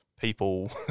people